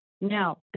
Now